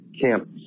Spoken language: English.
camp